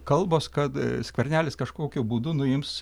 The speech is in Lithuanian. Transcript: kalbos kad skvernelis kažkokiu būdu nuims